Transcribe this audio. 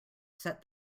set